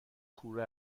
کوره